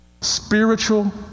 spiritual